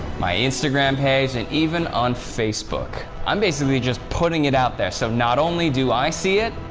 my instagram page, and even on facebook. i'm basically just putting it out there so not only do i see it,